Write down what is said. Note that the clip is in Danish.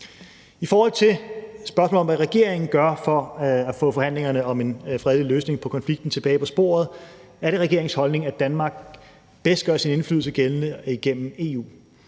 I forhold til spørgsmålet om, hvad regeringen gør for at få forhandlingerne om en fredelig løsning på konflikten tilbage på sporet, er det regeringens holdning, at Danmark bedst gør sin indflydelse gældende igennem EU.